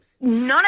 None